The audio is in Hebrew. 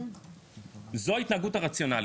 זו ההתנהגות הרציונלית,